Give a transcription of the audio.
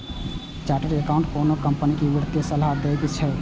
chartered accountant कोनो company कें वित्तीय सलाह दए सकै छै